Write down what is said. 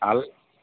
ಅಲ್ಲ